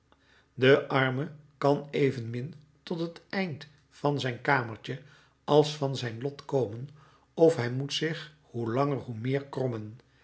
de arme kan evenmin tot het eind van zijn kamertje als van zijn lot komen of hij moet zich hoe langer hoe meer krommen